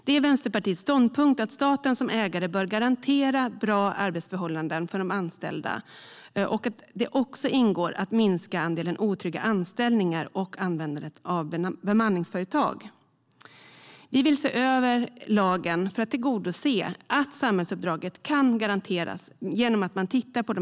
Det är Vänsterpartiets ståndpunkt att staten som ägare bör garantera bra arbetsförhållanden för de anställda och att det i detta också ingår att minska andelen otrygga anställningar och användandet av bemanningsföretag. Vi vill se över lagen och titta på de här sakerna för att samhällsuppdraget ska kunna garanteras.